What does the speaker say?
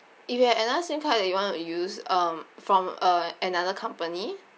if you had another sim card that you want to use um from uh another company